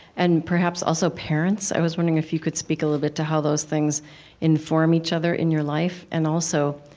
and perhaps also parents, i was wondering if you could speak a little bit to those things inform each other in your life. and also,